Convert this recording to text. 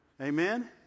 Amen